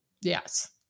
Yes